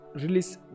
release